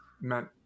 meant